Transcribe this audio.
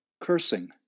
Cursing